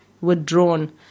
withdrawn